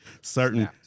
Certain